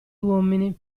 uomini